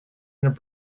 and